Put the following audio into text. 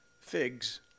figs